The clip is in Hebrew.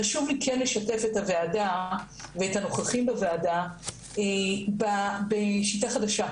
חשוב לי כן לשתף את הוועדה ואת הנוכחים בוועדה בשיטה חדשה,